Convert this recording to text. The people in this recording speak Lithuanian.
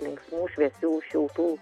linksmų šviesių šiltų